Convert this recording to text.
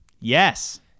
Yes